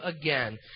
again